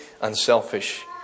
unselfish